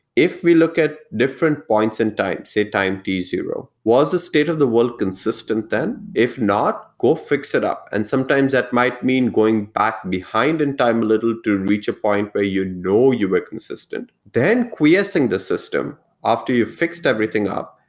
if we look at different points in type, say time t zero, was the state of the world consistent then? if not, go fix it up, and sometimes that might mean going back behind in time a little to reach a point where you know you were consistent. then quiescent the system after you fixed everything up,